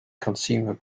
consumer